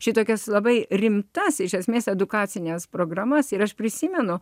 šitokias labai rimtas iš esmės edukacines programas ir aš prisimenu